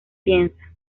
piensa